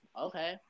okay